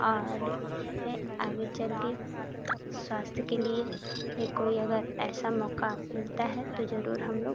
और ए आगे चल के स्वास्थय के लिए या कोई अगर ऐसा मौका मिलता है तो जरूर हम लोग